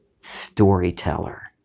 Storyteller